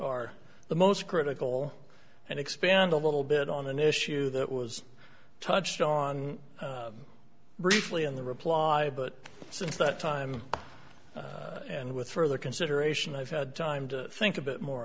are the most critical and expand a little bit on an issue that was touched on briefly in the reply but since that time and with further consideration i've had time to think a bit more